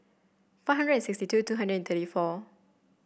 five hundred sixty two two hundred thirty four